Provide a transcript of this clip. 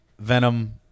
Venom